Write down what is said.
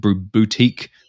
boutique